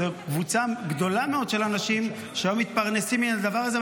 זאת קבוצה גדולה מאוד של אנשים שהיום מתפרנסים מהדבר הזה,